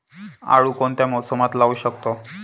आळू कोणत्या मोसमात लावू शकतो?